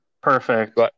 Perfect